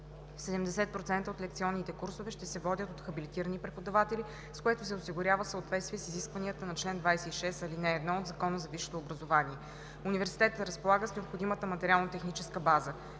70% от лекционните курсове ще се водят от хабилитирани преподаватели, с което се осигурява съответствие с изискванията на чл. 26, ал. 1 от Закона за висшето образование. Университетът разполага с необходимата материално-техническа база.